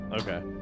Okay